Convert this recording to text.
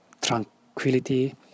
tranquility